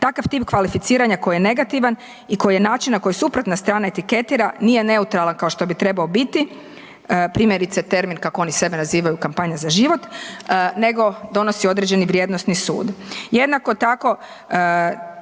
takav tip kvalificiranja koji je negativan i koji je način na koji suprotna strana etiketira nije neutralan kao što bi trebao biti, primjerice termin kako oni sebe nazivaju Kampanja za život, nego donosi određeni vrijednosni sud. Jednako tako